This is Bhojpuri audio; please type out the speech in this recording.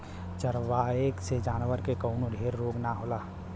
चरावे से जानवर के कवनो ढेर रोग ना होला